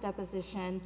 deposition